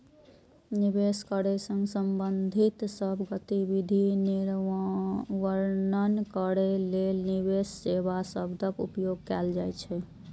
निवेश करै सं संबंधित सब गतिविधि वर्णन करै लेल निवेश सेवा शब्दक उपयोग कैल जाइ छै